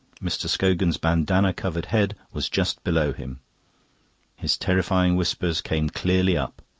mr. scogan's bandana-covered head was just below him his terrifying whispers came clearly up.